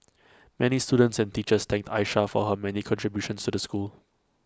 many students and teachers thanked Aisha for her many contributions to the school